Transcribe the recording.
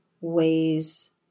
ways